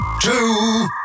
two